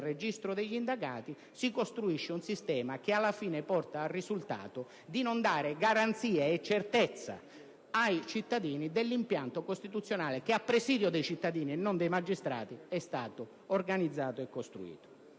registro degli indagati si costruisce un sistema che, alla fine, porta al risultato di non dare garanzia e certezza ai cittadini dell'impianto costituzionale che a presidio dei cittadini (e non dei magistrati) è stato organizzato e costruito.